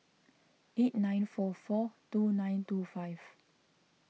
eight nine four four two nine two five